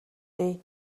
дээ